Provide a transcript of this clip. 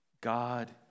God